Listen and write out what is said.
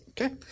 okay